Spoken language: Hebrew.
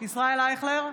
ישראל אייכלר,